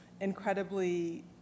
incredibly